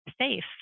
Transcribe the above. safe